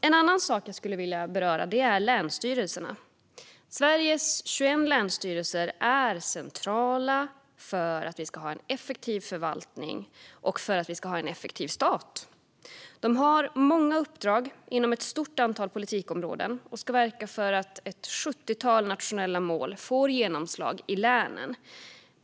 En annan sak jag skulle vilja beröra är länsstyrelserna. Sveriges 21 länsstyrelser är centrala för att vi ska ha en effektiv förvaltning och stat. De har många uppdrag inom ett stort antal politikområden och ska verka för att ett sjuttiotal nationella mål får genomslag i länen.